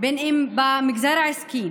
ובין שזה במגזר העסקי